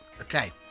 Okay